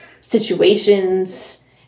situations